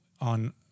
on